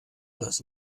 das